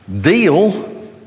deal